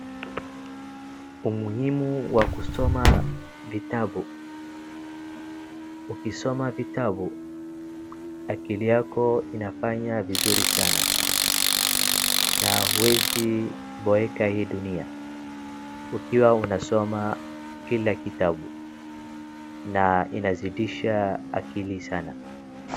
Umuhimu wa kusoma vitabu. Ukisoma vitabu, akili yako inafanya vizuri sana na huwezi boeka hii dunia ukiwa unasoma kile kitabu na inazidisha akili sana.